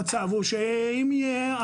המצב הוא שאם יהיה,